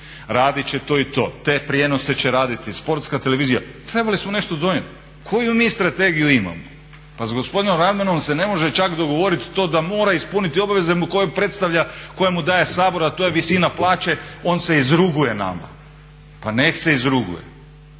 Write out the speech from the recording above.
radit će to i to, te prijenose će raditi Sportska TV, trebali smo nešto donijeti. Koju mi strategiju imamo? Pa s gospodinom Radmanom se ne može čak dogovoriti da mora ispuniti obaveze koje mu daje Sabor, a to je visina plaće. On se izruguje nama. Pa neka se izruguje.